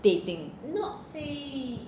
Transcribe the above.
dating